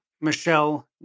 Michelle